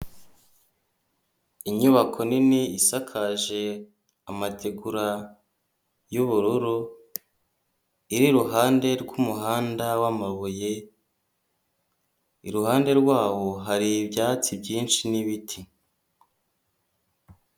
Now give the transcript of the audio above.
Inyubako nini isakaje amategura yu bururu iriruhande rwumuhanda wamabuye iruhande rwawo hari ibyatsi byinshi nibiti.